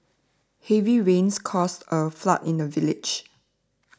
heavy rains caused a flood in the village